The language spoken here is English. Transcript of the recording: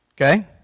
Okay